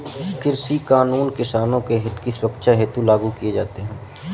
कृषि कानून किसानों के हितों की सुरक्षा हेतु लागू किए जाते हैं